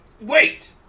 Wait